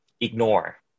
ignore